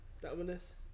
Dominus